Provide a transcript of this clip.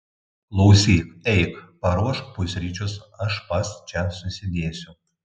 klausyk eik paruošk pusryčius aš pats čia susidėsiu